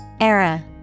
Era